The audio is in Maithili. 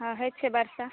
हँ होइ छै वर्षा